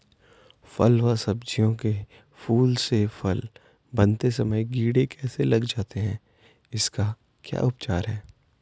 फ़ल व सब्जियों के फूल से फल बनते समय कीड़े कैसे लग जाते हैं इसका क्या उपचार है?